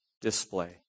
display